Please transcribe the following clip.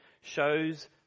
shows